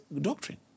doctrine